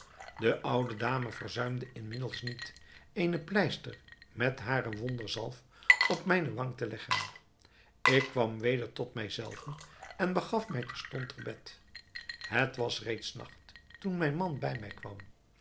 de oude dame verzuimde inmiddels niet eene pleister met hare wonderzalf op mijne wang te leggen ik kwam weder tot mij zelven en begaf mij terstond te bed het was reeds nacht toen mijn man bij mij kwam